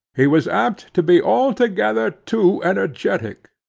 he was apt to be altogether too energetic.